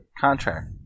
contract